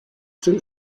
two